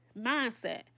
mindset